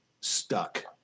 stuck